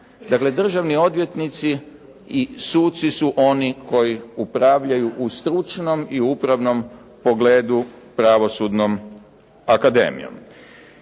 sami. Državni odvjetnici i suci su oni koji upravljaju u stručnom i upravnom pogledu pravosudnom akademijom.